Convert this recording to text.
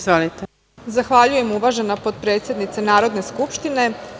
Zahvaljujem, uvažena potpredsenice Narodne skupštine.